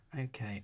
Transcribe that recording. Okay